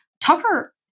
Tucker